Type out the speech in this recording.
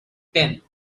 tent